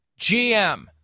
GM